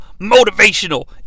motivational